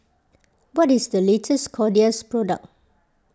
what is the latest Kordel's product